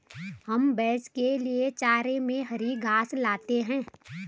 हम भैंस के लिए चारे में हरी घास लाते हैं